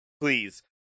please